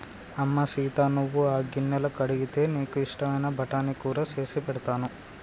అమ్మ సీత నువ్వు ఆ గిన్నెలు కడిగితే నీకు ఇష్టమైన బఠానీ కూర సేసి పెడతాను